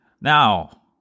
now